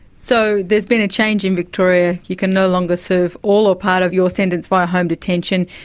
so, there's been a change in victoria. you can no longer serve all or part of your sentence via home detention.